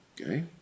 Okay